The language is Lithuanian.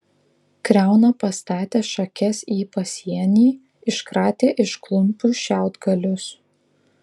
kriauna pastatė šakes į pasienį iškratė iš klumpių šiaudgalius